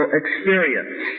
experience